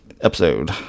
episode